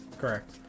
Correct